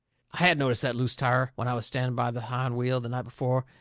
i had noticed that loose tire when i was standing by the hind wheel the night before,